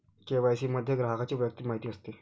KYC मध्ये ग्राहकाची वैयक्तिक माहिती असते